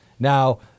Now